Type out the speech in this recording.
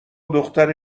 دختر